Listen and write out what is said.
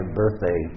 birthday